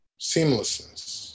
seamlessness